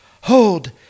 hold